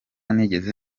nigeze